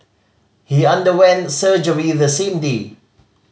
he underwent surgery the same day